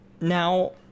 now